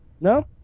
no